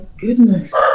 goodness